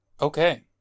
okay